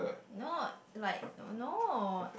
not like don't know